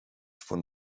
von